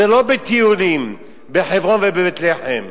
זה לא בטיולים בחברון ובבית-לחם.